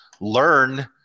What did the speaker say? learn